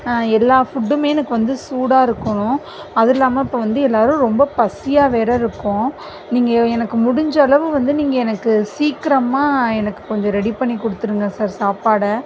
எல்லா ஃபுட்டுமே எனக்கு வந்து சூடாக இருக்கணும் அதுவும் இல்லாமல் இப்போ வந்து எல்லாரும் ரொம்ப பசியாக வேற இருக்கோம் நீங்கள் எனக்கு முடிஞ்ச அளவு வந்து நீங்கள் எனக்கு சீக்கிரமாக எனக்கு கொஞ்சம் ரெடி பண்ணிக் கொடுத்துருங்க சார் சாப்பாடை